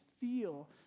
feel